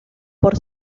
por